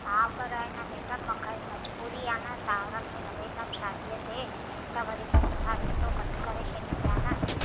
हा पर हा न मैडम मूंखे मजबूरी आहे न साहुरनि में न वेंदमि शादीअ ते त वरी पोइ मूंसां रिश्तो कटि करे छॾींदा न